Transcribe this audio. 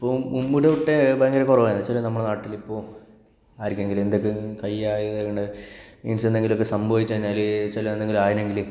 അപ്പോൾ മുമ്പ് തൊട്ടേ ഭയങ്കര കുറവാണ് ആക്ച്ചുയലി നമ്മളുടെ നാട്ടില് ഇപ്പോൾ ആർക്കെങ്കിലും എന്തെങ്കിലും വയ്യായ്ക ഉണ്ടായാൽ മീൻസ് എന്തെങ്കിലും സംഭവിച്ചു കഴിഞ്ഞാല് ചില എന്തെങ്കിലും ആയെങ്കില്